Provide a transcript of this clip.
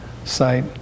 Site